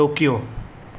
Tokyo